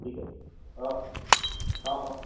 ঠিক আছে অঁ অঁ অঁ